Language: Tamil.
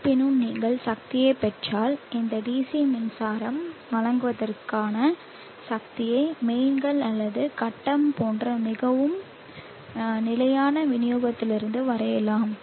இருப்பினும் நீங்கள் சக்தியைப் பெற்றால் இந்த DC மின்சாரம் வழங்குவதற்கான சக்தியை மெயின்கள் அல்லது கட்டம் போன்ற மிகவும் நிலையான விநியோகத்திலிருந்து வரையலாம்